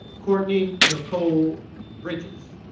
courtney nicole bridges